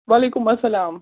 وعلیکُم اسلام